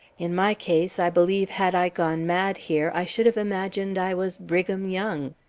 in my case i believe had i gone mad here i should have imagined i was brigham young.